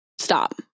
Stop